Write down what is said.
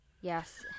yes